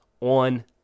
on